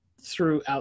throughout